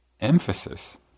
emphasis